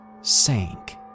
sank